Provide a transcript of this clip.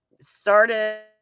started